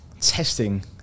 testing